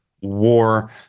war